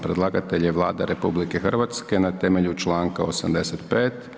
Predlagatelj je Vlada RH na temelju članka 85.